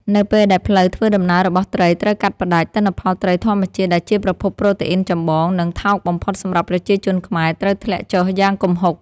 នៅពេលដែលផ្លូវធ្វើដំណើររបស់ត្រីត្រូវកាត់ផ្ដាច់ ទិន្នផលត្រីធម្មជាតិដែលជាប្រភពប្រូតេអ៊ីនចម្បង និងថោកបំផុតសម្រាប់ប្រជាជនខ្មែរ ត្រូវធ្លាក់ចុះយ៉ាងគំហុក។